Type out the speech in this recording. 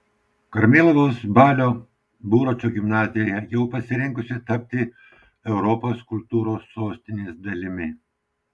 karmėlavos balio buračo gimnazija jau pasirengusi tapti europos kultūros sostinės dalimi